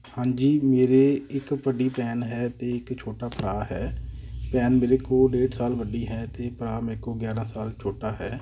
ਹਾਂਜੀ ਮੇਰੇ ਇੱਕ ਵੱਡੀ ਭੈਣ ਹੈ ਅਤੇ ਇੱਕ ਛੋਟਾ ਭਰਾ ਹੈ ਭੈਣ ਮੇਰੇ ਤੋਂ ਡੇਢ ਸਾਲ ਵੱਡੀ ਹੈ ਅਤੇ ਭਰਾ ਮੇਰੇ ਤੋਂ ਗਿਆਰਾਂ ਸਾਲ ਛੋਟਾ ਹੈ